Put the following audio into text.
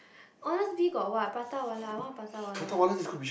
honest bee got what Prata-Wala I want Prata-Wala